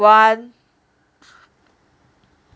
one